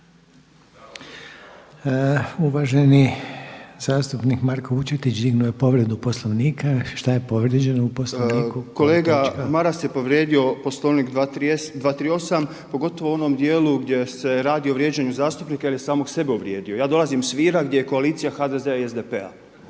Uvaženi zastupnik Marko Vučetić dignuo je povredu Poslovnika. Šta je povrijeđeno u Poslovniku? **Vučetić, Marko (Nezavisni)** Kolega Maras je povrijedio Poslovnik 238. pogotovo u onom dijelu gdje se radi o vrijeđanju zastupnika jel je samog sebe uvrijedio. Ja dolazim s Vira gdje je koalicija HDZ-a i SDP-a.